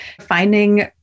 finding